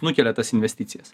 nukelia tas investicijas